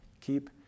keep